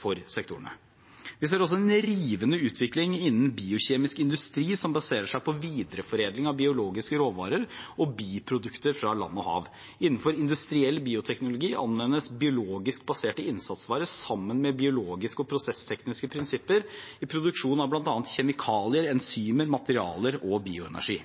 for sektorene. Vi ser også en rivende utvikling innen biokjemisk industri som baserer seg på videreforedling av biologiske råvarer og biprodukter fra land og hav. Innenfor industriell bioteknologi anvendes biologisk baserte innsatsvarer sammen med biologiske og prosesstekniske prinsipper i produksjon av bl.a. kjemikalier, enzymer, materialer og bioenergi.